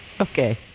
okay